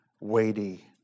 weighty